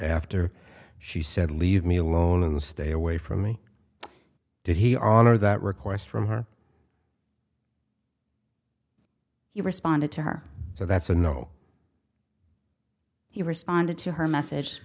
after she said leave me alone and stay away from me did he honor that request from her he responded to her so that's a no he responded to her message